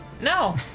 No